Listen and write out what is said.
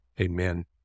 Amen